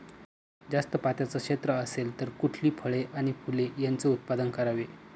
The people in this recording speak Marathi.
जास्त पात्याचं क्षेत्र असेल तर कुठली फळे आणि फूले यांचे उत्पादन करावे?